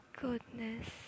goodness